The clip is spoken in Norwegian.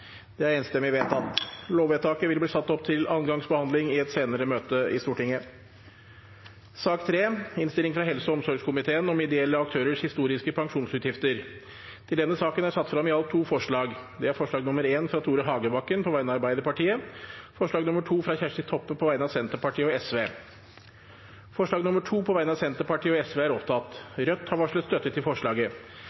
Lovvedtaket vil bli ført opp til andre gangs behandling i et senere møte i Stortinget. Under debatten er det satt frem i alt to forslag. Det er forslag nr. 1, fra Tore Hagebakken på vegne av Arbeiderpartiet forslag nr. 2, fra Kjersti Toppe på vegne av Senterpartiet og Sosialistisk Venstreparti Det voteres over forslag nr. 2, fra Senterpartiet og